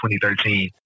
2013